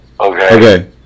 Okay